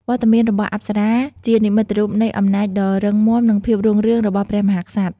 វត្តមានរបស់អប្សរាជានិមិត្តរូបនៃអំណាចដ៏រឹងមាំ និងភាពរុងរឿងរបស់ព្រះរាជាណាចក្រ។